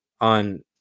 on